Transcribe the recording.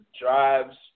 drives